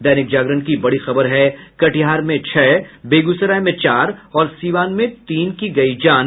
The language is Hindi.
दैनिक जागरण की बड़ी खबर है कटिहार में छह बेगूसराय में चार और सीवान में तीन की गयी जान